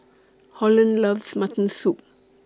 Holland loves Mutton Soup